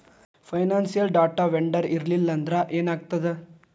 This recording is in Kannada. ಫೈನಾನ್ಸಿಯಲ್ ಡಾಟಾ ವೆಂಡರ್ ಇರ್ಲ್ಲಿಲ್ಲಾಂದ್ರ ಏನಾಗ್ತದ?